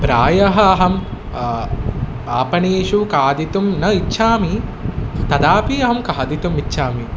प्रायः अहम् आपणेषु खादितुं न इच्छामि तदापि अहं खादितुम् इच्छामि